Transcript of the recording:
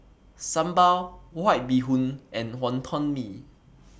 Sambal White Bee Hoon and Wonton Mee